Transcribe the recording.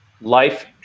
Life